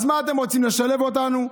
אז מה אתם רוצים, לשלב אותנו?